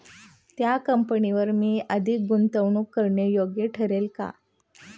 त्या कंपनीवर मी अधिक गुंतवणूक करणे योग्य ठरेल का?